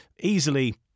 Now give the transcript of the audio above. easily